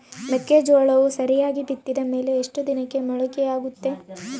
ಮೆಕ್ಕೆಜೋಳವು ಸರಿಯಾಗಿ ಬಿತ್ತಿದ ಮೇಲೆ ಎಷ್ಟು ದಿನಕ್ಕೆ ಮೊಳಕೆಯಾಗುತ್ತೆ?